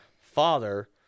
father